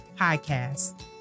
podcast